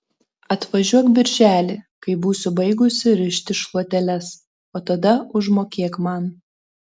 atvažiuok birželį kai būsiu baigusi rišti šluoteles o tada užmokėk man